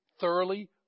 thoroughly